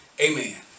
Amen